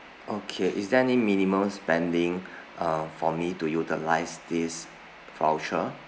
okay is there any minimum spending uh for me to utilise this voucher